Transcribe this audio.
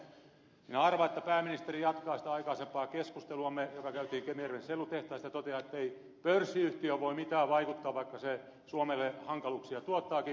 minä arvaan että pääministeri jatkaa sitä aikaisempaa keskusteluamme joka käytiin kemijärven sellutehtaasta ja toteaa ettei pörssiyhtiöön voi mitään vaikuttaa vaikka se suomelle hankaluuksia tuottaakin